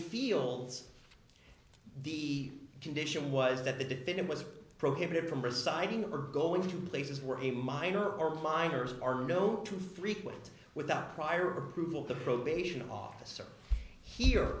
fields the condition was that the defendant was prohibited from residing or go into places where a minor or minors are know to frequent without prior approval the probation officer here